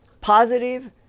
positive